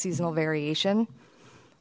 seasonal variation